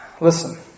listen